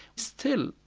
still,